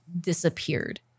disappeared